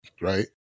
right